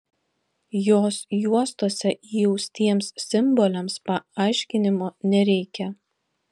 jos juostose įaustiems simboliams paaiškinimo nereikia